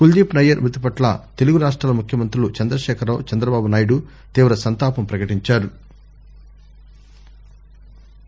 కులదీప్ నయ్యర్ మృతి పట్ల తెలుగు రాష్టాల ముఖ్యమంత్రులు చంద్రశేఖరరావు చంద్రబాబునాయుడు తీవ్ర సంతాపం ప్రకటించారు